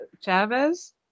Chavez